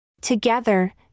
Together